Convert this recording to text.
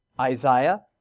Isaiah